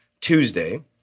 Tuesday